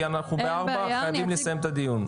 כי אנחנו ב-16:00 חייבים לסיים את הדיון.